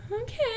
Okay